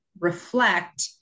reflect